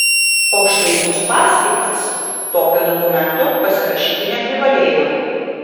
o štai uspaskichas tokio dokumento pasirašyti neprivalėjo